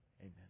Amen